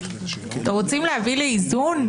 אתם רוצים להביא לאיזון?